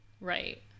Right